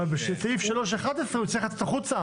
אבל בסעיף 3.11 הוא יצטרך לצאת החוצה?